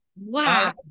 wow